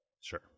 Sure